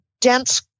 dense